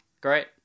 great